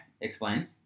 Explain